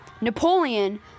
Napoleon